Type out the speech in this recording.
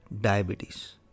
diabetes